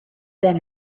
been